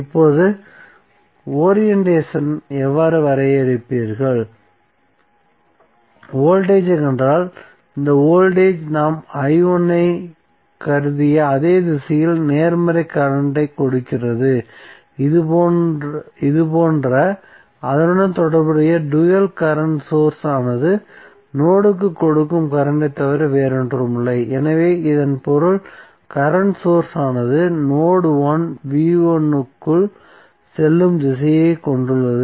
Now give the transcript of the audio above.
இப்போது ஒரிஎண்டேஷன் ஐ எவ்வாறு வரையறுப்பீர்கள் வோல்டேஜ் ஐக் கண்டால் இந்த வோல்டேஜ் நாம் ஐக் கருதிய அதே திசையில் நேர்மறை கரண்ட் ஐக் கொடுக்கிறது இதுபோன்ற அதனுடன் தொடர்புடைய டூயல் கரண்ட் சோர்ஸ் ஆனது நோடுக்கு கொடுக்கும் கரண்ட் ஐத் தவிர வேறொன்றுமில்லை எனவே இதன் பொருள் கரண்ட் சோர்ஸ் ஆனது நோட் க்குள் செல்லும் திசையைக் கொண்டுள்ளது